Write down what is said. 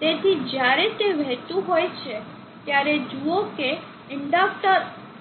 તેથી જ્યારે તે વહેતું હોય છે ત્યારે જુઓ કે ઇન્ડક્ટર